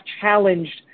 challenged